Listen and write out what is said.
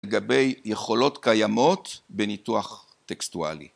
לגבי יכולות קיימות בניתוח טקסטואלי